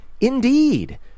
indeed